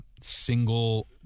single